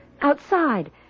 Outside